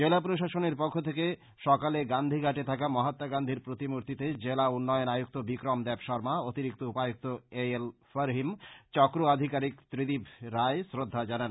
জেলা প্রশাসনের পক্ষ থেকে সকালে গান্ধীঘাটে থাকা মহাত্মা গান্ধীর প্রতিমূর্ত্তিতে জেলা উন্নয়ন আয়ুক্ত বিক্রম দেব শর্মা অতিরিক্ত উপায়ুক্ত এ এল ফারহিম চক্র আধিকারীক ত্রিদিপ রায় শ্রদ্ধা জানান